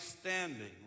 standing